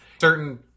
certain